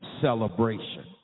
celebration